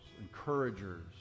encouragers